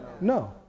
No